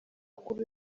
kuri